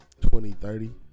2030